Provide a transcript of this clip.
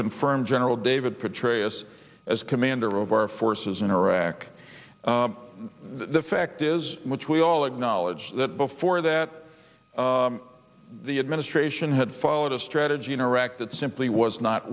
confirm general david petraeus as commander of our forces in iraq the fact is which we all acknowledge that before that the administration had followed a strategy in iraq that simply was not